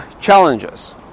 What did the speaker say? challenges